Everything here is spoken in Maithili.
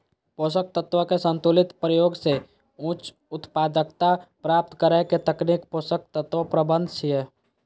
पोषक तत्व के संतुलित प्रयोग सं उच्च उत्पादकता प्राप्त करै के तकनीक पोषक तत्व प्रबंधन छियै